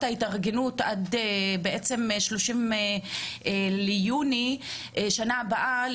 ההתארגנות עד ה-30 ביוני בשנה הבאה,